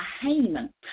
Haman